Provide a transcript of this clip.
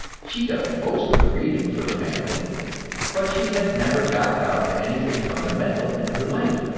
she does most of the reading for the family but she has never got down to anything fundamental in her life,